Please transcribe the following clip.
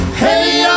hey